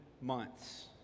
months